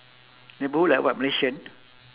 neighbourhood like what malaysian